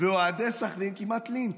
ואוהדי סח'נין, כמעט לינץ',